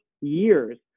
years